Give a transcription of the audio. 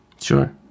Sure